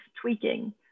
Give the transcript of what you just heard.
tweaking